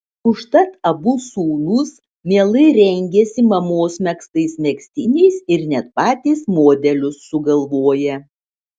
užtat abu sūnūs mielai rengiasi mamos megztais megztiniais ir net patys modelius sugalvoja